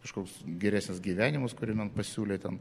kažkoks geresnis gyvenimas kurį man pasiūlė ten